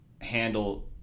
handle